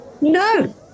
no